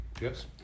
Yes